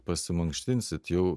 pasimankštinsit jau